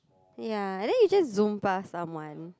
ya and then you just zoom past someone